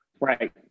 Right